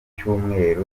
icyumweru